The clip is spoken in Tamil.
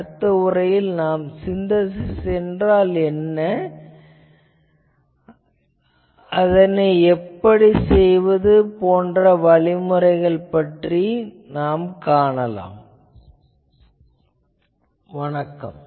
அடுத்த உரையில் நாம் சின்தசிஸ் என்றால் என்ன அதனை எப்படிச் செய்வது அதன் செயல்முறைகள் போன்றவற்றைக் காணலாம்